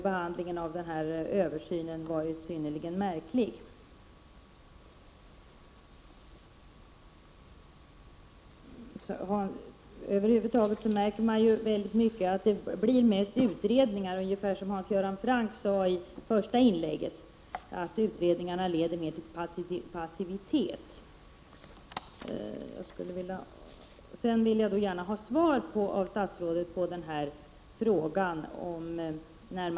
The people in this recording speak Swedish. Behandlingen av den här översynen har över huvud taget varit synnerligen märklig. Det blir mest utredningar, och utredningarna leder mer till passivitet, vilket Hans Göran Franck sade i sitt första inlägg.